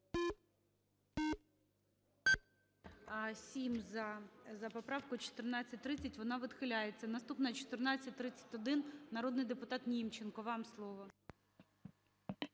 7 за поправку 1430, вона відхиляється. Наступна 1431. Народний депутат Німченко, вам слово.